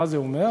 מה זה אומר?